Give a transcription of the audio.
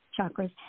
chakras